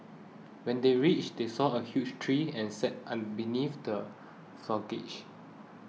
when they reached they saw a huge tree and sat beneath the